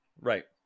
Right